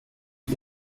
ich